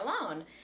alone